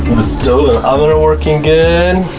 the stove and oven are working good.